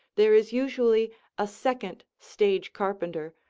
there is usually a second stage carpenter,